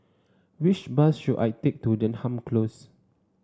which bus should I take to Denham Close